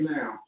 now